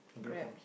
grab